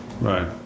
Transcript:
Right